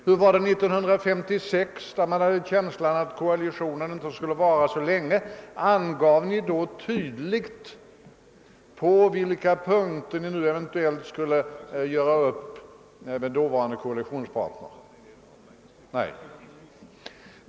Hur var det 1956, när man hade en känsla av att koalitionen inte skulle vara så länge till? Angav ni då tydligt på vilka punkter ni eventuellt skulle göra upp med er dåvarande koalitionspartner? Nej.